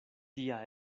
tia